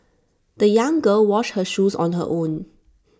the young girl washed her shoes on her own